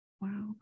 Wow